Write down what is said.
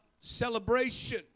celebration